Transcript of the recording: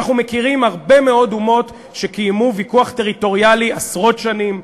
אנחנו מכירים הרבה מאוד אומות שקיימו ויכוח טריטוריאלי עשרות שנים,